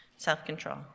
self-control